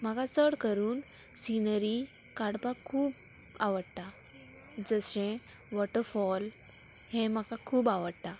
म्हाका चड करून सिनरी काडपाक खूब आवडटा जशें वॉटरफॉल हें म्हाका खूब आवडटा